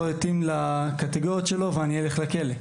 מתאים לקטגוריות שלו וישלח אותי לכלא?